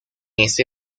ese